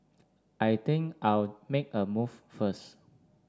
I think I'll make a move first